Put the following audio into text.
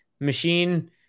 machine